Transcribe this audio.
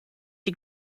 die